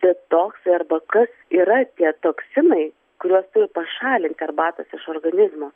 detoksai arba kas yra tie toksinai kuriuos turi pašalinti arbatos iš organizmo